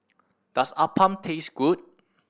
does appam taste good